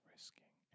risking